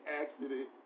accident